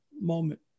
moment